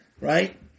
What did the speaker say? right